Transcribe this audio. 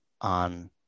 on